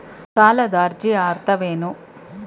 ಸಾಲದ ಅರ್ಜಿಯ ಅರ್ಥವೇನು?